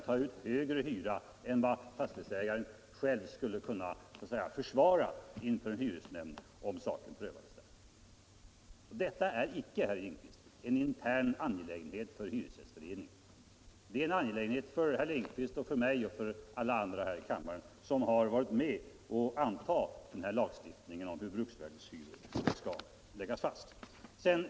Man lät alltså fastighetsägaren ta ut högre hyra än vad som var nödvändigt. Detta är icke, herr Lindkvist, en intern angelägenhet för hyresgästföreningen. Det är en angelägenhet för herr Lindkvist och för mig och för alla andra här i kammaren som varit med om att anta den här lagstiftningen om hur bruksvärdeshyror skall läggas fast.